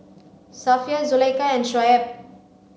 Safiya Zulaikha and Shoaib